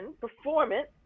performance